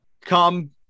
Come